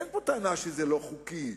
אין פה טענה שזה לא חוקי.